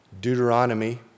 Deuteronomy